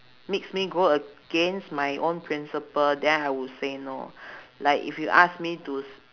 makes me go against my own principle then I would say no like if you ask me to s~